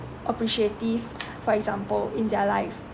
appreciative for example in their life